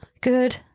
Good